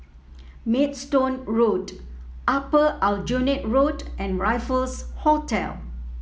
Maidstone Road Upper Aljunied Road and Raffles Hotel